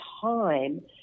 time